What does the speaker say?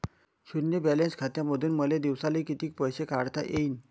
शुन्य बॅलन्स खात्यामंधून मले दिवसाले कितीक पैसे काढता येईन?